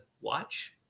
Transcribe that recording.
watch